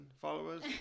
followers